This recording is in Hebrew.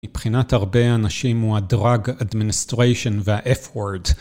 מבחינת הרבה אנשים הוא הדרג אדמיניסטריישן והאף וורד